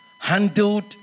handled